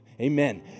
Amen